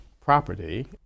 property